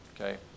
Okay